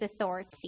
authority